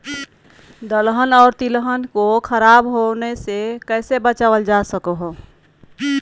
दलहन और तिलहन को खराब होने से कैसे बचाया जा सकता है?